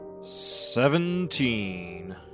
Seventeen